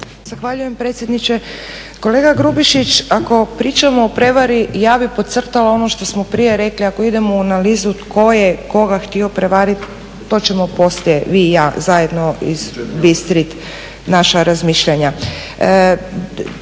Zahvaljujem predsjedniče. Kolega Grubišić ako pričamo o prevari ja bih podcrtala ono što smo prije rekli, ako idemo u analizu tko je koga htio prevariti to ćemo poslije vi i ja zajedno izbistri naša razmišljanja.